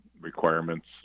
requirements